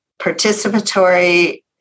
participatory